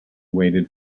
waited